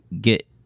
get